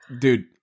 Dude-